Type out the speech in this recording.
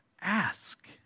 ask